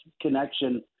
connection –